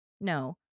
No